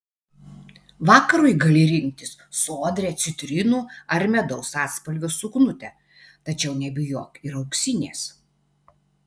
vakarui gali rinktis sodrią citrinų ar medaus atspalvio suknutę tačiau nebijok ir auksinės